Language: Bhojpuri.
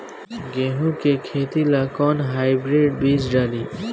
गेहूं के खेती ला कोवन हाइब्रिड बीज डाली?